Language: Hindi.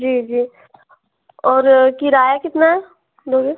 जी जी और किराया कितना है बोल रहे हो